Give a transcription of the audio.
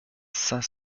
cinq